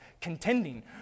contending